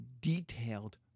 detailed